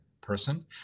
person